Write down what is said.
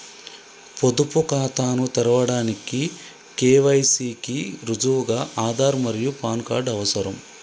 పొదుపు ఖాతాను తెరవడానికి కే.వై.సి కి రుజువుగా ఆధార్ మరియు పాన్ కార్డ్ అవసరం